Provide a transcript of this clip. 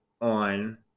on